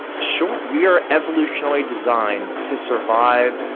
sure, we are evolutionary designed to survive,